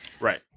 Right